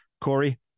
Corey